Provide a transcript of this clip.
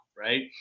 right